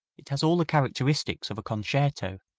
it has all the characteristics of a concerto,